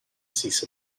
cease